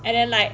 and then like